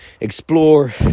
explore